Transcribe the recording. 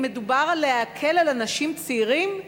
אם מדובר על להקל על אנשים צעירים,